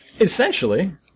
Essentially